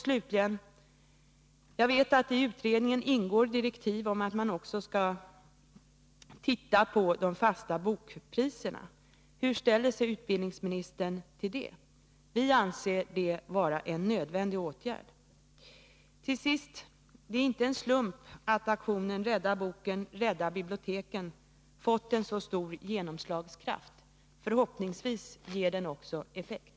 Vidare: Jag vet att i utredningen ingår direktiv om att se också på frågan ominförandet av fasta bokpriser. Hur ställer sig utbildningsministern till det? Vi anser att införandet av fasta bokpriser är en nödvändig åtgärd. Till sist: Det är inte en slump att aktionen Rädda boken, rädda biblioteken fått en så stor genomslagskraft. Förhoppningsvis ger den också effekt!